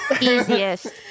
Easiest